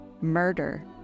murder